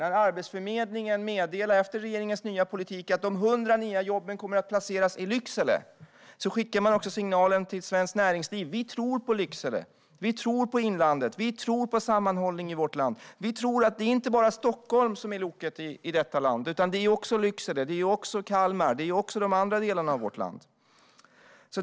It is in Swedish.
När Arbetsförmedlingen meddelar, i och med regeringens nya politik, att de 100 nya jobben kommer att placeras i Lycksele skickas också signalen till svenskt näringsliv att vi tror på Lycksele, att vi tror på inlandet och att vi tror på sammanhållning i vårt land. Vi tror att det inte bara är Stockholm som är loket i detta land utan att det också är Lycksele, Kalmar och de andra delarna av vårt land.